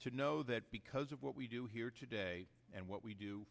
to know that because of what we do here today and what we do